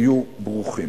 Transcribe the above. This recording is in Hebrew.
היו ברוכים.